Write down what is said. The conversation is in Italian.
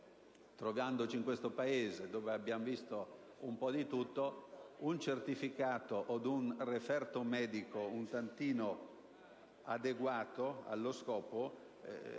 trovandoci in questo Paese, dove abbiamo visto un po' di tutto, un certificato o un referto medico un tantino adeguati allo scopo